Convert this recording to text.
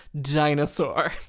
dinosaur